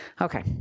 Okay